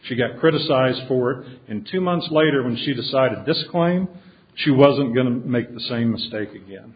she got criticized for it in two months later when she decided disclaim she wasn't going to make the same mistake again